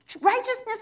righteousness